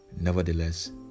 Nevertheless